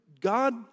God